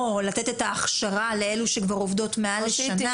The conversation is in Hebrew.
לתת את ההכשרה לאלו שכבר עובדות מעל לשנה,